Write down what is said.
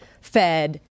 fed